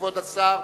כבוד השר.